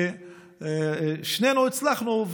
ושנינו הצלחנו,